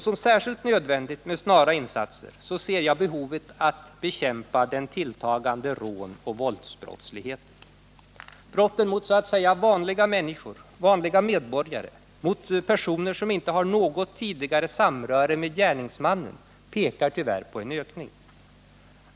Som särskilt nödvändigt att tillgodose med snara insatser ser jag behovet att bekämpa den tilltagande rånoch våldsbrottsligheten. Brotten mot så att säga vanliga medborgare, mot personer som inte har något tidigare samröre med gärningsmannen, pekar tyvärr på en ökning.